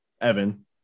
evan